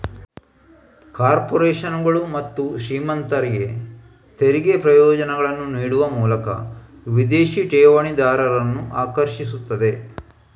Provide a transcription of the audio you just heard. ಕಾರ್ಪೊರೇಷನುಗಳು ಮತ್ತು ಶ್ರೀಮಂತರಿಗೆ ತೆರಿಗೆ ಪ್ರಯೋಜನಗಳನ್ನ ನೀಡುವ ಮೂಲಕ ವಿದೇಶಿ ಠೇವಣಿದಾರರನ್ನ ಆಕರ್ಷಿಸ್ತದೆ